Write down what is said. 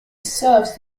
serves